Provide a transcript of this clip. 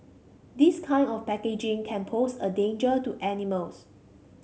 this kind of packaging can pose a danger to animals